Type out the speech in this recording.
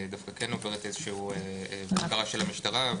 דווקא כן עוברת איזושהי הסדרה של המשטרה.